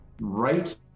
right